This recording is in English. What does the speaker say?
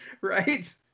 Right